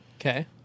Okay